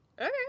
Okay